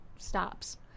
Stops